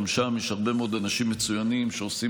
גם שם יש הרבה מאוד אנשים מצוינים שעושים